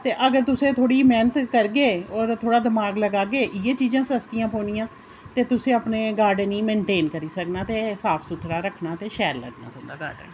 ते अगर तुसें थोह्ड़ी मेह्नत करगे होर थोह्ड़ा दमाग लगागे इ'यै चीजां सस्तियां पौनियां ते तुसें अपने गार्डन ई मनटेन करी सकना ते एह् साफ सुथरा रक्खना ते शैल लग्गना तुं'दा गार्डन